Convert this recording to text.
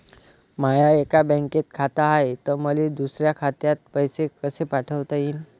माय एका बँकेत खात हाय, त मले दुसऱ्या खात्यात पैसे कसे पाठवता येईन?